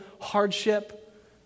hardship